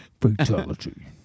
Fatality